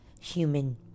human